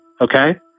Okay